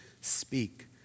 speak